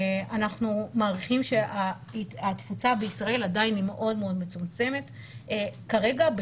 אנחנו מעריכים שהתפוצה בישראל עדיין היא מאוד מאוד מצומצמת וכרגע,